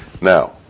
Now